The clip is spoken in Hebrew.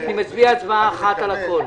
אני מצביע הצבעה אחת על הכול.